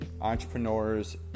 entrepreneurs